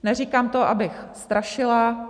Neříkám to, abych strašila.